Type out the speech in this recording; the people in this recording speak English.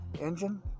engine